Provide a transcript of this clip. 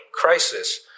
crisis